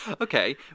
Okay